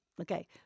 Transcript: Okay